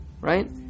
Right